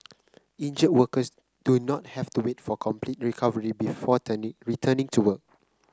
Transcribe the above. injured workers do not have to wait for complete recovery before turning returning to work